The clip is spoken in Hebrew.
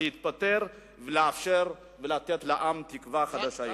להתפטר ולאפשר לתת לעם תקווה חדשה יותר.